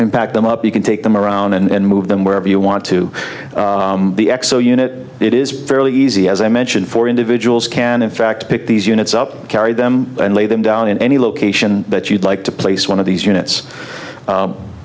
and pack them up you can take them around and move them wherever you want to the xo unit it is fairly easy as i mentioned four individuals can in fact pick these units up carry them and lay them down in any location that you'd like to place one of these units